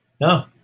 No